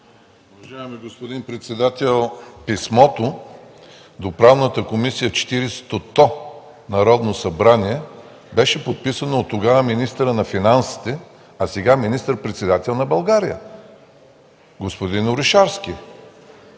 Уважаеми господин председател, писмото до Правната комисия в Четиридесетото Народно събрание беше подписано от министъра на финансите тогава, а сега министър-председател на България – господин Орешарски.